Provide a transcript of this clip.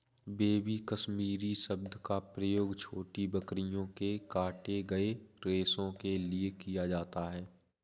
baby Kashmiri शब्द का प्रयोग छोटी बकरियों के काटे गए रेशो के लिए किया जाता है